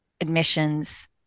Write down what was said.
admissions